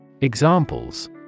Examples